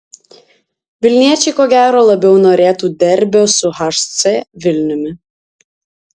vilniečiai ko gero labiau norėtų derbio su hc vilniumi